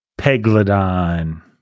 Peglodon